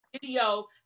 video